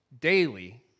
daily